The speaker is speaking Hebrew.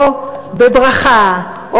או בברכה,